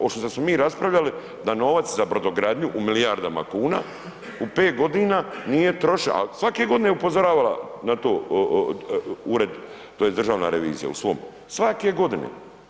Osim što smo mi raspravljali da novac za brodogradnju u milijardama kuna u 5 godina nije trošen, ali svake godine je upozoravala na to, ured, tj. državna revizije u svom, svake godine.